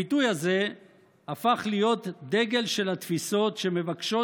הביטוי הזה הפך להיות דגל של התפיסות שמבקשות,